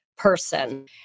person